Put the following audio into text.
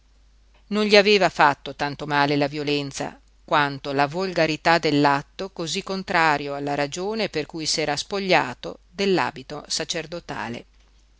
non gli aveva fatto tanto male la violenza quanto la volgarità dell'atto cosí contrario alla ragione per cui s'era spogliato dell'abito sacerdotale